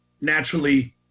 naturally